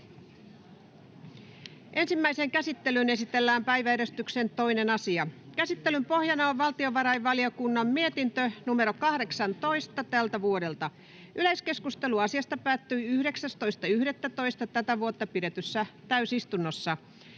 Ensimmäiseen käsittelyyn esitellään päiväjärjestyksen 2. asia. Käsittelyn pohjana on valtiovarainvaliokunnan mietintö VaVM 18/2024 vp. Yleiskeskustelu asiasta päättyi 19.11.2024 pidetyssä täysistunnossa.